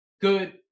good